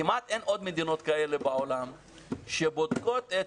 כמעט אין עוד מדינות כאלה בעולם שבודקות את